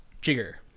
Jigger